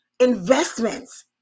investments